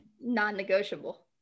non-negotiable